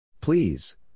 Please